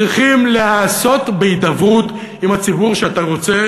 צריכים להיעשות בהידברות עם הציבור שאתה רוצה